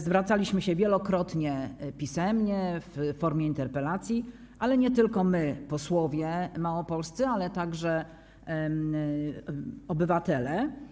Zwracaliśmy się wielokrotnie pisemnie, w formie interpelacji, ale nie tylko my, posłowie małopolscy, ale także obywatele.